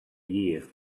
year